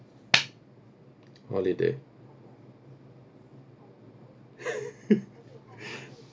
holiday